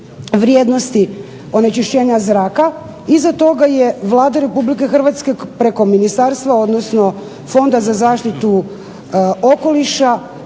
vrijednosti onečišćenja zraka, iza toga je Vlada Republike Hrvatske preko ministarstva, odnosno Fonda za zaštitu okoliša